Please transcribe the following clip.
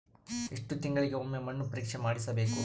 ಎಷ್ಟು ತಿಂಗಳಿಗೆ ಒಮ್ಮೆ ಮಣ್ಣು ಪರೇಕ್ಷೆ ಮಾಡಿಸಬೇಕು?